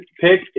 pick